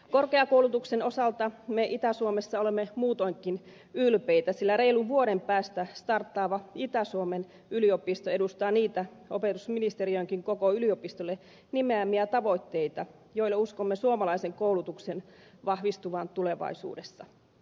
korkeakoulutuksen osalta me itä suomessa olemme muutoinkin ylpeitä sillä reilun vuoden päästä starttaava itä suomen yliopisto edustaa niitä opetusministeriönkin koko yliopistolle nimeämiä tavoitteita joilla uskomme suomalaisen koulutuksen vahvistuvan tulevaisuudessa